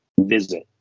visit